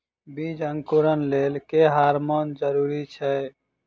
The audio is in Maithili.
बीज अंकुरण लेल केँ हार्मोन जरूरी छै?